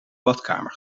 badkamer